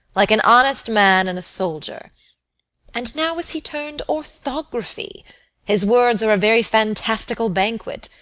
like an honest man and a soldier and now is he turned orthography his words are a very fantastical banquet,